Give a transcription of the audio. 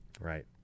Right